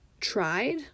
tried